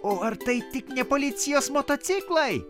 o ar tai tik ne policijos motociklai